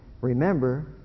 remember